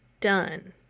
done